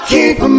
keep